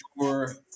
sure